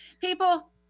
People